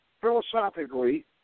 philosophically